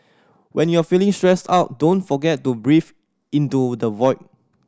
when you are feeling stressed out don't forget to breathe into the void